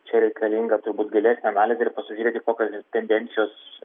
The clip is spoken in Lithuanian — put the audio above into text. čia reikalinga turbūt gilesnė analizė ir pasižiūrėti kokios tendencijos